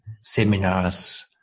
seminars